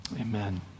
Amen